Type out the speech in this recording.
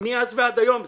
מאז ועד היום,